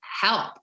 help